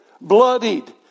bloodied